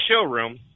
showroom